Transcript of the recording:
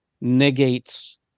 negates